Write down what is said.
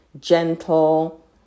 gentle